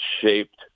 shaped